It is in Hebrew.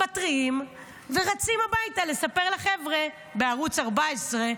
מתריעים ורצים הביתה לספר לחבר'ה בערוץ 14,